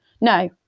no